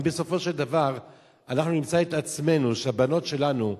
אם בסופו של דבר אנחנו נמצא את עצמנו שהבנות שלנו מתבוללות,